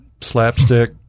slapstick